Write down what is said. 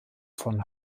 von